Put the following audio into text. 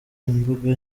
imbuga